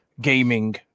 gaming